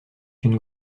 une